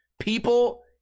people